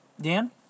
Dan